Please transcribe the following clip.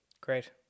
Great